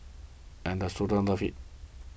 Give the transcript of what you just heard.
and the students love it